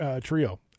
trio